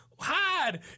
hide